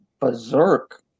berserk